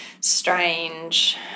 strange